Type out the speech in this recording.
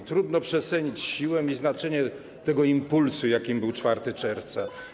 I trudno przecenić siłę i znaczenie tego impulsu, jakim był 4 czerwca.